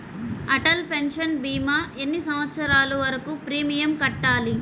Atal pension భీమా ఎన్ని సంవత్సరాలు వరకు ప్రీమియం కట్టాలి?